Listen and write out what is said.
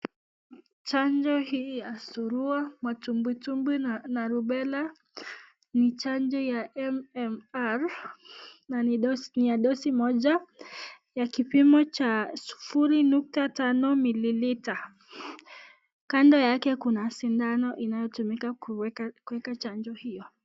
Chanjo hii ya surua, matumbwi tumbwi na rubela ni chanjo ya MMR na ni ya dosi moja ya kipimo cha sufuri nukta tano mililita. Kando yake kuna sindano inayotumika kuweka chanjo hiyo.